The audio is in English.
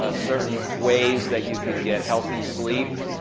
ah certain ways that you can get healthy sleep,